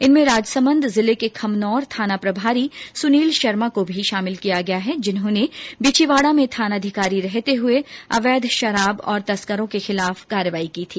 इनमें राजसमन्द जिले के खमनोर थाना प्रभारी सुनील शर्मा को भी शामिल किया गया है जिन्होने बिछीवाड़ा में थानाधिकारी रहते हुये अवैध शराब और तस्करों के खिलाफ कार्रवाई की थी